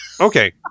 Okay